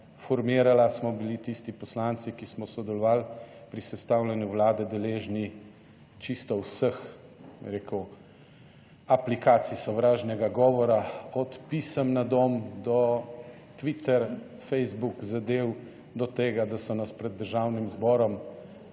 formirala, smo bili tisti poslanci, ki smo sodelovali pri sestavljanju Vlade, deležni čisto vseh aplikacij sovražnega govora, od pisem na dom, do Twitter, Facebook zadev, do tega, da so nas pred Državnim zborom